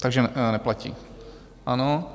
Takže neplatí, ano.